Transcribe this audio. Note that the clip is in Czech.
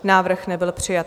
Návrh nebyl přijat.